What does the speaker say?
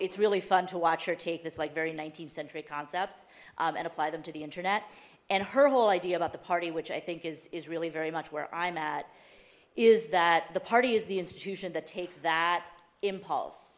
it's really fun to watch her take this like very th century concepts and apply them to the internet and her whole idea about the party which i think is is really very much where i'm at is that the party is the institution that takes that impulse